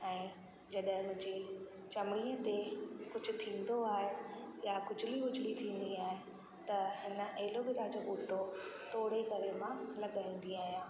ऐं जॾहिं मुंहिंजी चमड़ीअ ते कुझु थींदो आहे या खुजली वुजली थींदी आहे त हिन एलोवेरा जो ॿूटो तोड़े करे मां लॻाईंदी आहियां